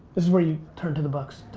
is where you turn to the books. ty,